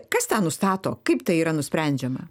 kas ten nustato kaip tai yra nusprendžiama